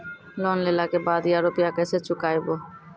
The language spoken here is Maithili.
लोन लेला के बाद या रुपिया केसे चुकायाबो?